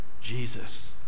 Jesus